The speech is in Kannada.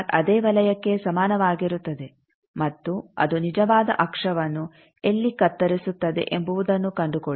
ಅದೇ ವಲಯಕ್ಕೆ ಸಮಾನವಾಗಿರುತ್ತದೆ ಮತ್ತು ಅದು ನಿಜವಾದ ಅಕ್ಷವನ್ನು ಎಲ್ಲಿ ಕತ್ತರಿಸುತ್ತದೆ ಎಂಬುವುದನ್ನು ಕಂಡುಕೊಳ್ಳಿ